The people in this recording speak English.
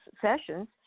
sessions